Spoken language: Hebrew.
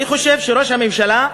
אני חושב שראש הממשלה,